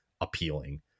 appealing